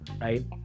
right